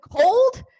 cold